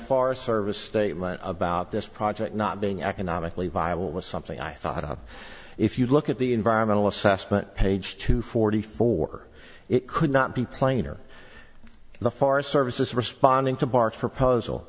forest service statement about this project not being economically viable was something i thought about if you look at the environmental assessment page two forty four it could not be plainer the forest service is responding to parks proposal